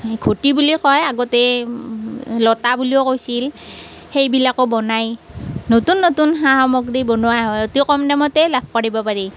ঘটি বুলি কয় আগতে লোটা বুলিও কৈছিল সেইবিলাকো বনায় নতুন নতুন সা সামগ্ৰী বনোৱা হয় অতি কম দামতেই লাভ কৰিব পাৰি